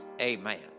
amen